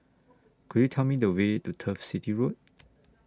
Could YOU Tell Me The Way to Turf City Road